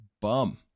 bum